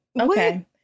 Okay